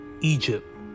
Egypt